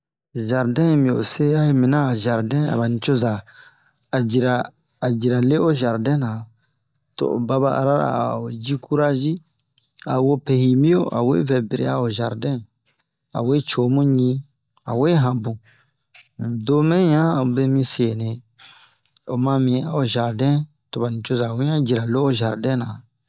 jardin hi mi ose ayi mini a zardin a ba ni coza a jira a jira le o jardin na to o baba arana a'o ji curagi a wopɛ hibio a we vɛ biri'a o jardin a we co mu ɲi a we han bun domɛn han obun be mi seni o ma mi a'o zardin to ba nicoza wian jira lo'o zardin na